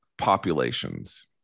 populations